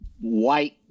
white